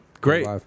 Great